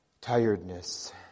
tiredness